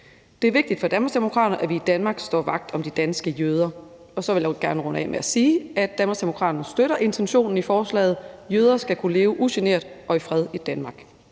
Det er vigtigt for Danmarksdemokraterne, at vi i Danmark står vagt om de danske jøder. Så vil jeg gerne runde af med at sige, at Danmarksdemokraterne støtter intentionen i forslaget. Jøder skal kunne leve ugeneret og i fred i Danmark.